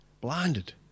blinded